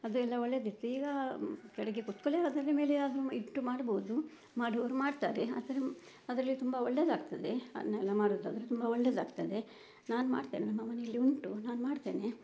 ಅದು ಎಲ್ಲ ಒಳ್ಳೆಯದಿತ್ತು ಈಗ ಕೆಳಗೆ ಕುತ್ಕೊಳ್ಳೆ ಅದರ ಮೇಲೆ ಅದು ಇಟ್ಟು ಮಾಡ್ಬೋದು ಮಾಡುವವರು ಮಾಡ್ತಾರೆ ಆದ್ರೆ ಅದರಲ್ಲಿ ತುಂಬ ಒಳ್ಳೆಯದಾಗ್ತದೆ ಅನ್ನ ಎಲ್ಲ ಮಾಡುವುದಾದ್ರೆ ತುಂಬ ಒಳ್ಳೆಯದಾಗ್ತದೆ ನಾನು ಮಾಡ್ತೇನೆ ನಮ್ಮ ಮನೆಯಲ್ಲಿ ಉಂಟು ನಾನು ಮಾಡ್ತೇನೆ